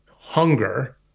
hunger